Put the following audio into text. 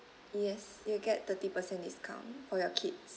yes you will get thirty percent discount for your kids